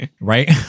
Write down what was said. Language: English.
right